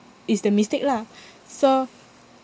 is the mistake lah so